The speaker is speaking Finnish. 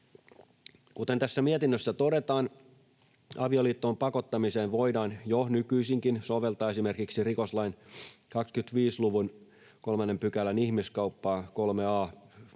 Kuten tässä mietinnössä todetaan, avioliittoon pakottamiseen voidaan jo nykyisinkin soveltaa esimerkiksi rikoslain 25 luvun 3 §:n ihmiskauppaa, 3 a